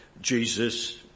Jesus